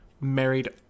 married